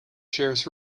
shares